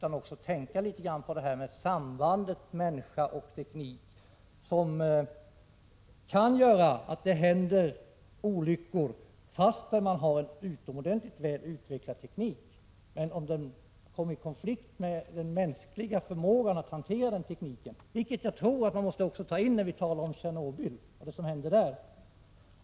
Vi måste tänka på sambandet människa-teknik som kan göra att olyckor händer fastän man har en utomordentligt väl utvecklad teknik. Tekniken kan komma i konflikt med den mänskliga förmågan att hantera den — det tror jag att man måste ta in när vi talar om Tjernobyl och det som hände där.